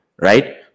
right